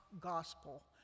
gospel